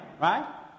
right